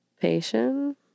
patience